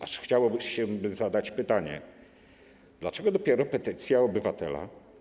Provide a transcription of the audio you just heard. Aż chciałoby się zadać pytanie: Dlaczego dopiero petycja obywatela?